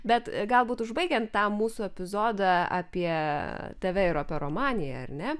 bet galbūt užbaigiant tą mūsų epizodą apie tave ir operomaniją ar ne